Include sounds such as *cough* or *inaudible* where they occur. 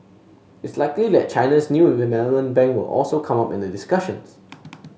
it's likely that China's new *unintelligible* bank will also come up in the discussions